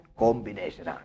combination